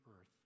earth